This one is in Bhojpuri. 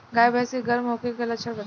गाय भैंस के गर्म होखे के लक्षण बताई?